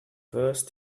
first